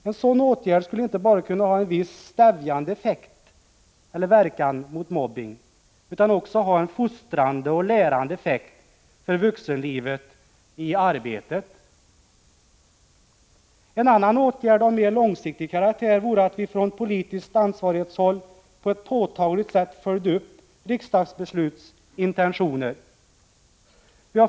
En sådan åtgärd skulle inte bara kunna ha en viss stävjande verkan när det gäller mobbning utan också ha en fostrande och lärande effekt för vuxenlivet i arbetet. En åtgärd av mer långsiktig karaktär vore att vi från politiskt ansvarigt håll på ett påtagligt sätt följde upp olika riksdagsbesluts intentioner.